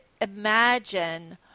imagine